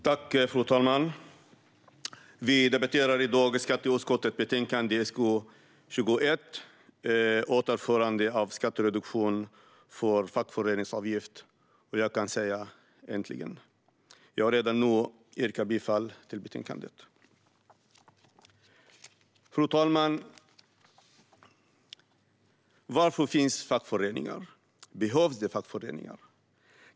Fru talman! Vi debatterar i dag skatteutskottets betänkande 21 Återinförande av skattereduktion för fackföreningsavgift . Jag kan säga: äntligen! Jag yrkar redan nu bifall till förslaget i betänkandet. Fru talman! Varför finns det fackföreningar? Behövs det fackföreningar?